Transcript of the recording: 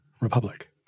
republic